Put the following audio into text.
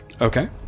Okay